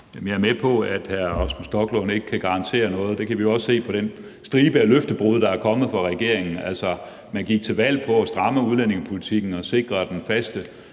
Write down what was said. Jeg er med på, at hr. Rasmus Stoklund ikke kan garantere noget, og det kan vi jo også se på den stribe af løftebrud, der er kommet fra regeringens side. Man gik til valg på at stramme udlændingepolitikken og sikre, at den faste